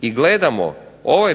i gledamo, ovaj